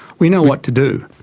we know what to do.